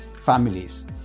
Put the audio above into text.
families